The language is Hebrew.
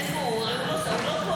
אוריאל בוסו,